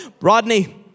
Rodney